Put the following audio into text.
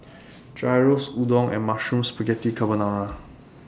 Gyros Udon and Mushroom Spaghetti Carbonara